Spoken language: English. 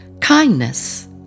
kindness